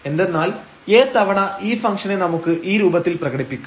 എന്തെന്നാൽ a തവണ ഈ ഫങ്ക്ഷനെ നമുക്ക് ഈ രൂപത്തിൽ പ്രകടിപ്പിക്കാം